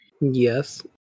Yes